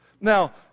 Now